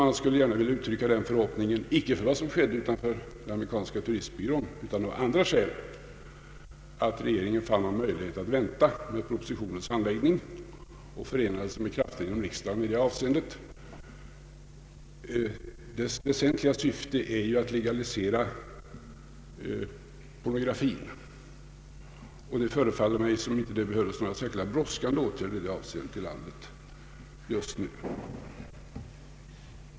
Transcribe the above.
Man skulle gärna vilja uttrycka den förhoppningen, icke på grund av vad som skedde utanför den amerikanska turistbyrån utan av andra skäl, att regeringen funne det möjligt att vänta med propositionens handläggning och förenade sig med krafter inom riksdagen i detta syfte. Propositionens väsentliga syfte är ju att legalisera pornografin, och det förefaller mig som om det just nu i detta avseende inte behövdes några särskilt brådskande åtgärder i landet.